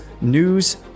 news